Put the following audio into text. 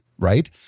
right